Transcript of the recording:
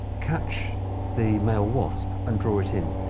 catch the male wasp, and draw it in.